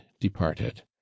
departed